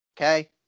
okay